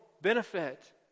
benefit